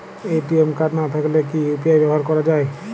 ATM card না থাকলে কি ইউ.পি.আই ব্যবহার করা য়ায়?